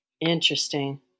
interesting